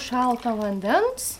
šalto vandens